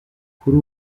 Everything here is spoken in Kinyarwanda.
kuri